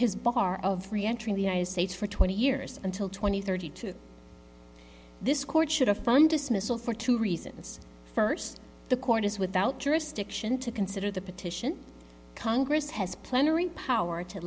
his bar of reentering the united states for twenty years until twenty thirty two this court should have fun dismissal for two reasons first the court is without jurisdiction to consider the petition congress has plenary power to